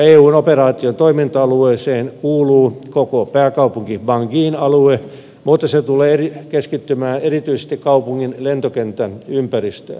eun operaation toiminta alueeseen kuuluu koko pääkaupunki banguin alue mutta se tulee keskittymään erityisesti kaupungin lentokentän ympäristöön